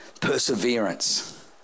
Perseverance